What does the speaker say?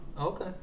Okay